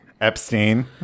Epstein